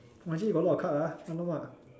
!wah! actually got a lot of card ah !alamak!